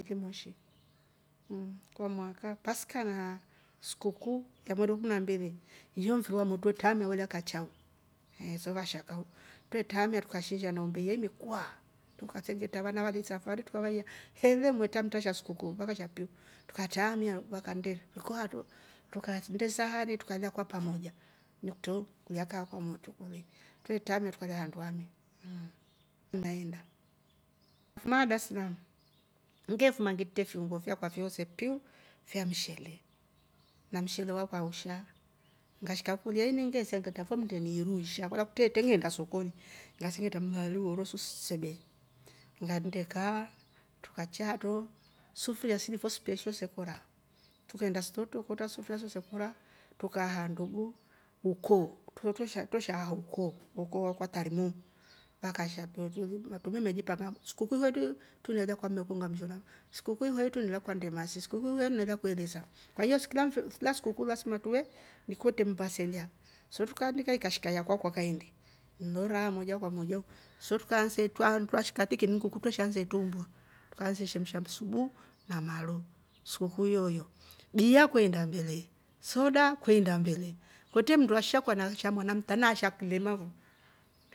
Ki moshi mmm! Kwa mwaka paska na sikukuu na ya mweeri wa ikumi nambili ni yo mfiri wamotru twre traamia wela kachao so vashaka u twre traamiatuka shinsha na umbe ilya imekuaaa trukasengetra vana vali safari trukavaiya he mletra sha sikukuu vakasha piu, truka taamia u vakannde riko aatro trakannde sahani tukala kwa pamoja ni kutro kulyaa kaa kwa motru kuli, twre taamia tukala handu hamu ngaenda. Ifuma haa daslamu ngefuma ngintre fiungo fyaka fyoose piu fya mshele na mshele wakwa usha ngashika kulya ini nge sengetra iru isha kolya kutretre ngeenda sokoni ngasengetra mlaali uorosu sebe ngannde kaa ngaichya haatro sufuria sili fo special se kora trukeenda stoo twre kootra sufuria so se kora trukahaa ndugu ukoo tro twresha twresha haa ukoo. ukoo wakwa tarimo vakasha piu truli trumeeme jipanga sikukuu yetu tuleelya kwa mmeku ngamshela sikukuu yoohi truliila kwa ndemasi. sikukuu iyo tuliinda kwa ilesa kwahiyo kila mfi- kila sikukuu lasma truve ni kwetre mmba se lya so trukaalika ikashika yakwakwa kaindi nlo raha moja kwa moja u so trukaansa itwraa handu twra shika tiki nnguku tweshaansa itrumbua ukaansa ishemsha msubu na maru sikukuu yooyo. Bia kweenda mbele soda kweenda mbele kwetre mmndu ashakua sha mwana mta na ashe akulima fo